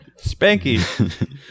Spanky